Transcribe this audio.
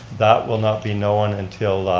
that will not be known until